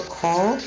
call